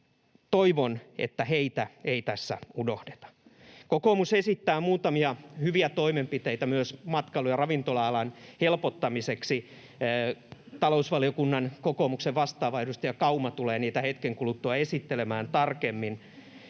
toivon, että heitä ei tässä unohdeta. Kokoomus esittää muutamia hyviä toimenpiteitä myös matkailu- ja ravintola-alan helpottamiseksi. Talousvaliokunnan kokoomuksen vastaava, edustaja Kauma tulee niitä hetken kuluttua esittelemään tarkemmin.